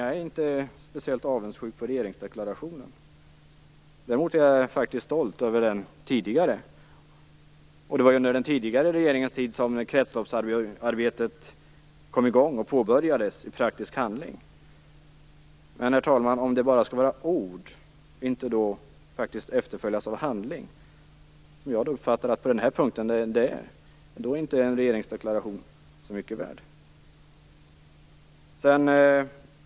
Jag är inte speciellt avundsjuk över regeringsdeklarationen. Däremot är jag faktiskt stolt över den föregående regeringsdeklarationen. Det var under den tidigare regeringens tid som kretsloppsarbetet påbörjades och i praktisk handling kom i gång. Herr talman! Om det, som jag uppfattat, på den här punkten bara är fråga om ord som inte efterföljs av handling, är regeringsdeklarationen inte mycket värd.